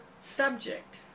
subject